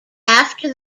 after